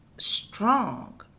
strong